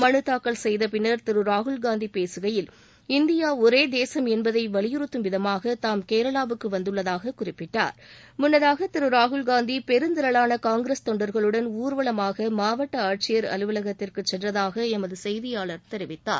மனு தாக்கல் செய்த பின்னர் திரு ராகுல்காந்தி பேசுகையில் இந்தியா ஒரே தேசம் என்பதை வலிபுறுத்தும் விதமாக நாம் கேரளாவுக்கு வந்துள்ளதாகக் என்று குறிப்பிட்டார் முன்னதாக திரு ராகுல்காந்தி பெருந்திரளான காங்கிரஸ் தொண்டர்களுடன் ஊர்வலமாக மாவட்ட ஆட்சியர் அலுவலகத்துக்குச் சென்றதாக எமது செய்தியாளர் தெரிவித்தார்